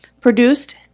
produced